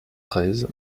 treize